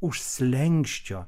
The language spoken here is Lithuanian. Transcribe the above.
už slenksčio